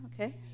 okay